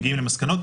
מגיעים למסקנות,